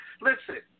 Listen